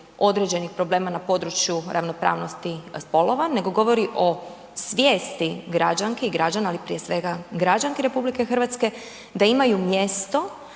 određenih problema na području ravnopravnosti spolova, nego govori o svijesti građanki i građana ali prije svega građanki Republike Hrvatske da imaju mjesto